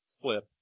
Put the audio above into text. clip